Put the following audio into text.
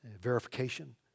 verification